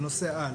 זהו נושא-על.